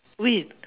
wait